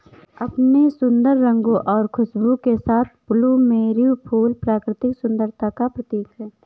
अपने सुंदर रंगों और खुशबू के साथ प्लूमेरिअ फूल प्राकृतिक सुंदरता का प्रतीक है